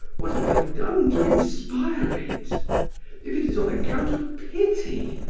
what have i done to inspire it if it is on account of pity,